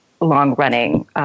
long-running